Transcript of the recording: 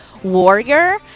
warrior